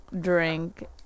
drink